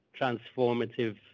transformative